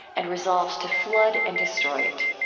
and resolves to flood and destroy it.